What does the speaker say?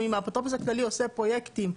אם האפוטרופוס הכללי עושה פרויקטים,